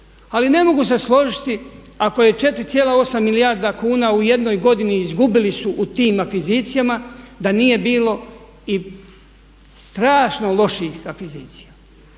ali ne mogu se složiti ako je 4,8 milijarda kuna u jednoj godini izgubili su u tim akvizicijama da nije bilo i strašno loših akvizicija.